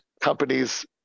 companies